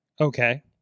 Okay